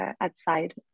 outside